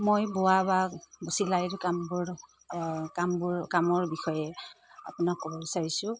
মই বোৱা বা চিলাইৰ কামবোৰ কামবোৰ কামৰ বিষয়ে আপোনাক ক'ব বিচাৰিছোঁ